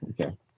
Okay